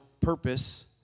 purpose